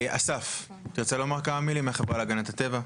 אסף, תרצה לומר כמה דברים, מהחברה להגנת הטבע.